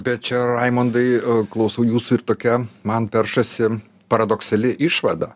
bet čia raimundai klausau jūsų ir tokia man peršasi paradoksali išvada